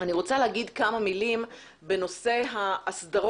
אני רוצה לומר כמה מילים בנושא ההסדרות